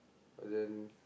but then